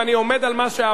ואני עומד על מה שאמרתי.